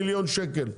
--- מיליון שקל,